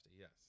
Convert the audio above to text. Yes